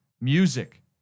music